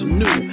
new